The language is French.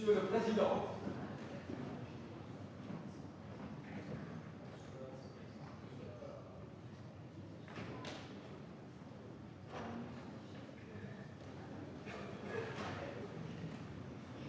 Monsieur le président,